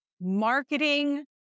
marketing